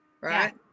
right